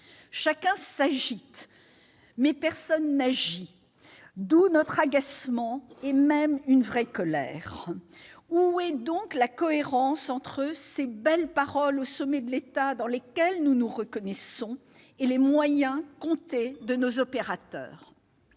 Chacun s'agite, mais personne n'agit ! De cela découle notre agacement, voire notre vraie colère. Où est donc la cohérence entre les belles paroles au sommet de l'État, dans lesquelles nous nous reconnaissons, et les moyens comptés de nos opérateurs ?